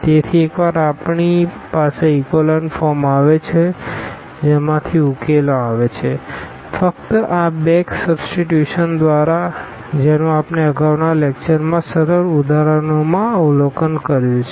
તેથી એકવાર આપણી પાસે ઇકોલન ફોર્મ આવે છે જેમાંથી ઉકેલો આવે છે ફક્ત આ બેક સબસ્ટીટ્યુશન દ્વારા જેનું આપણે અગાઉના લેકચરમાં સરળ ઉદાહરણોમાં અવલોકન કર્યું છે